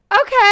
okay